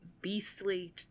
beastly